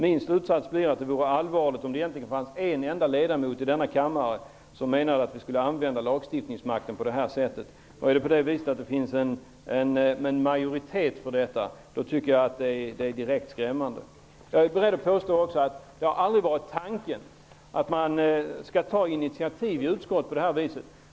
Min slutsats blir att det vore allvarligt om det fanns en enda ledamot i denna kammare som menade att vi skulle använda lagstiftningsmakten på det här sättet. Om det finns en majoritet för detta, tycker jag att det är direkt skrämmande. Det har aldrig varit tanken att man i utskottet skall ta initiativ på det sätt som man har gjort.